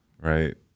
Right